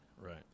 right